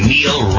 Neil